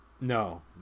no